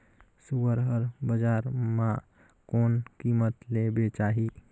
सुअर हर बजार मां कोन कीमत ले बेचाही?